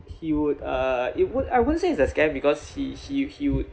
he would uh it would I wouldn't say it's a scam because he he he would